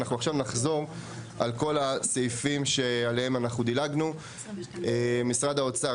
אנחנו עכשיו נחזור על כל הסעיפים שעליהם אנחנו דילגנו משרד האוצר,